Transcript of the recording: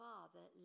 Father